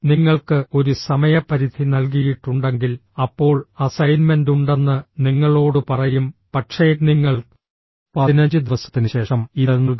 നിങ്ങൾക്ക് ഒരു സമയപരിധി നൽകിയിട്ടുണ്ടെങ്കിൽ അപ്പോൾ അസൈൻമെന്റ് ഉണ്ടെന്ന് നിങ്ങളോട് പറയും പക്ഷേ നിങ്ങൾ 15 ദിവസത്തിന് ശേഷം ഇത് നൽകാം